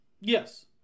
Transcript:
Yes